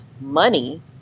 money